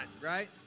right